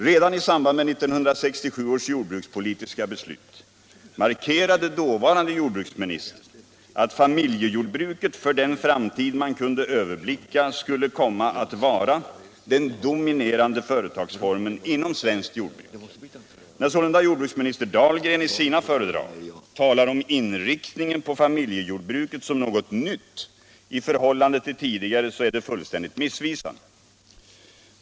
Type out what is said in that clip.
Redan i samband med detta beslut markerade dåvarande jordbruksministern att familjejordbruket för den framtid man kunde överblicka skulle komma att vara den dominerande företagsformen inom svenskt jordbruk. När sålunda jordbruksminister Dahlgren i sina föredrag talar om inriktningen på familjejordbruket som något nytt är detta fullständigt missvisande.